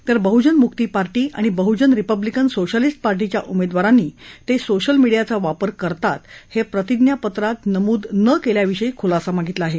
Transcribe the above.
तर बहुजन मुकी पार्टी आणि Bahujan republican socialist पार्टीच्या उमेदवारांनी ते सोशल मिडीयाचा वापर करतात हे प्रतिज्ञापत्रात नमूद न केल्याविषयी ख्रलासा मागितला आहे